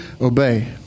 obey